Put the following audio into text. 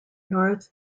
north